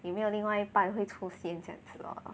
有没有另外一半会出现这样子 lor